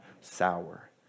sour